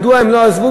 מדוע הם לא עזבו?